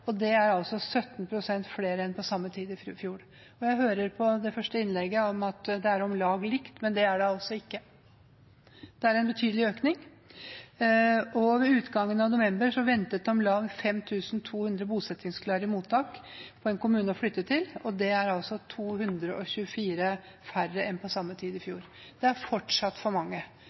det er det altså ikke. Det er en betydelig økning, og ved utgangen av november ventet om lag 5 200 bosettingsklare i mottak på en kommune å flytte til, og det er 224 færre enn på samme tid i fjor. Det er fortsatt for mange,